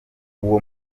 uwo